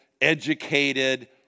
educated